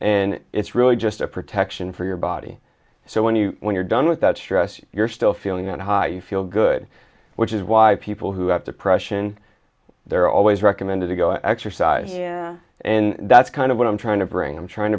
and it's really just a protection for your body so when you when you're done with that stress you're still feeling that high you feel good which is why people who have depression they're always recommended to go exercise you and that's kind of what i'm trying to bring i'm trying